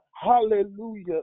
Hallelujah